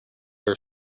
ever